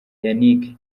yannick